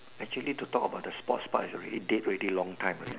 actually to talk about the sports part is already dead ready long time already